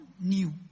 new